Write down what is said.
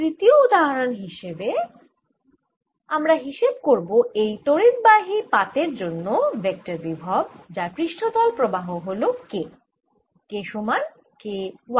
তৃতীয় উদাহরনে হিসেব করব এই তড়িদবাহী পাতের জন্য ভেক্টর বিভব যার পৃষ্ঠতল প্রবাহ হল K সমান k y